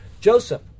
joseph